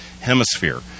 Hemisphere